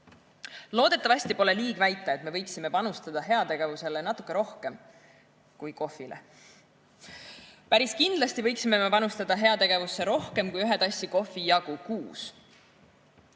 Loodetavasti pole liig väita, et me võiksime panustada heategevusele natuke rohkem kui kohvile. Päris kindlasti võiksime me panustada heategevusse rohkem kui ühe tassi kohvi jagu kuus.